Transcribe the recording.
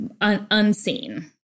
unseen